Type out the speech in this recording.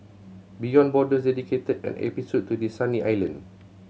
Beyond Borders dedicated an episode to this sunny island